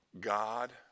God